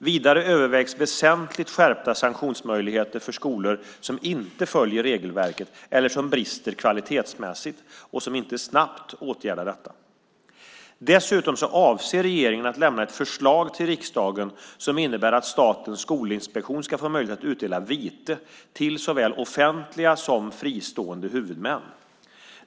Vidare övervägs väsentligt skärpta sanktionsmöjligheter för skolor som inte följer regelverket eller som brister kvalitetsmässigt och som inte snabbt åtgärdar detta. Dessutom avser regeringen att lämna ett förslag till riksdagen som innebär att Statens skolinspektion ska få möjlighet att utdela vite till såväl offentliga som fristående huvudmän.